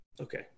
okay